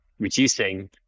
reducing